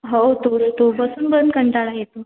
हो थोडं तो बसून पण कंटाळा येतो